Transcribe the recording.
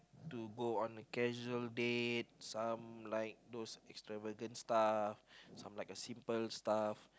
to go on casual dates some like those extravagant stuff some like a simple stuff